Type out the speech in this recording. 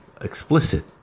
explicit